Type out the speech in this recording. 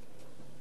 בבקשה, אדוני.